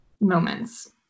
moments